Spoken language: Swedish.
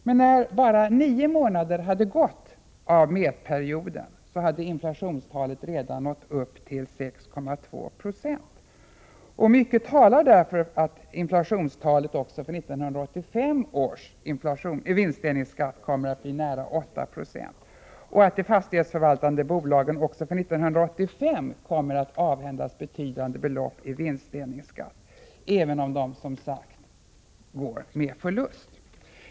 Men när bara nio månader hade gått av mätperioden hade inflationstalet redan nått upp till 6,2 26. Mycket talar därför för att inflationstalet också för 1985 års vinstdelningsskatt kommer att bli nära 8 6 och att de fastighetsförvaltande bolagen också för 1985 kommer att avhändas betydande belopp i vinstdelningsskatt, även om de som sagt går med förlust.